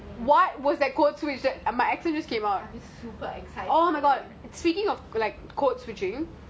wait sorry I'm sorry